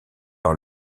par